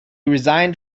resigned